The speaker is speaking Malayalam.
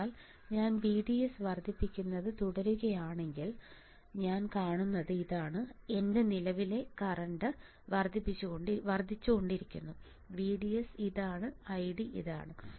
അതിനാൽ ഞാൻ VDS വർദ്ധിപ്പിക്കുന്നത് തുടരുകയാണെങ്കിൽ ഞാൻ കാണുന്നത് ഇതാണ് എന്റെ നിലവിലുള്ള കറൻറ് വർദ്ധിച്ചുകൊണ്ടിരിക്കുന്നു VDS ഇതാണ് ID ഇതാണ്